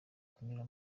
kunyura